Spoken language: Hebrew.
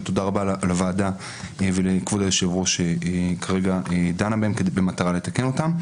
ותודה רבה לוועדה ולכבוד היושב ראש שכרגע דנה בהם במטרה לתקן אותם.